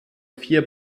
vier